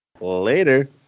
Later